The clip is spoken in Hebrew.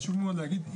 חשוב מאוד להגיד,